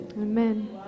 amen